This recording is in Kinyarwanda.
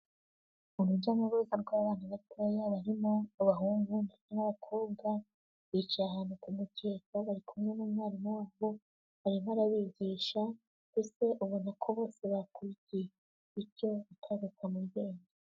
Urujya n'uruza rw'abana batoya, barimo abahungu n'abakobwa, bicaye ahantu ku mukeka bari kumwe n'umwarimu wabo, arimo arabigisha, mbese ubona ko bose bakurikiye, bityo bakaguka mu bwenge.